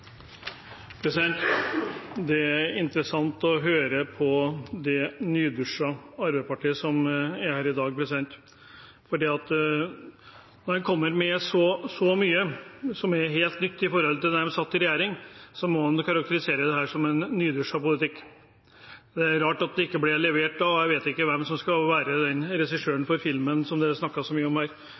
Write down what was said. Det er interessant å høre på det nydusjede Arbeiderpartiet som er her i dag, for når en kommer med så mye som er helt nytt i forhold til det de hadde da de satt i regjering, må en karakterisere dette som en nydusjet politikk. Det er rart at det ikke ble levert da, og jeg vet ikke hvem som skal være regissør for filmen som